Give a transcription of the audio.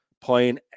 playing